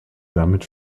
damit